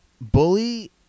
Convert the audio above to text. Bully